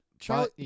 Charlie